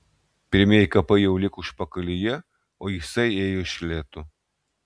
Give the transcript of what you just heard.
pirmieji kapai jau liko užpakalyje o jisai ėjo iš lėto